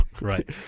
right